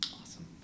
Awesome